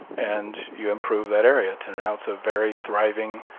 and you improve that area to and announce a very thriving,